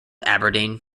aberdeen